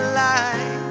light